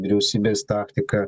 vyriausybės taktika